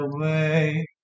away